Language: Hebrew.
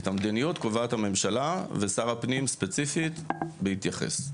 את המדיניות קובעת הממשלה ושר הפנים ספיציפית בהתייחס,